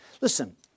Listen